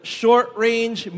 short-range